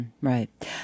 Right